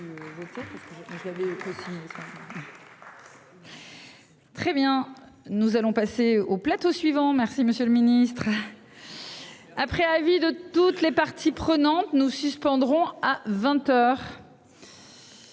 Très bien. Nous allons passer au plateau suivant. Merci Monsieur le Ministre. Après avis de toutes les parties prenantes, nous suspendrons à 20h.